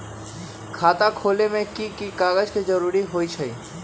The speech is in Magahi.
खाता खोले में कि की कागज के जरूरी होई छइ?